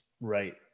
Right